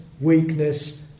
weakness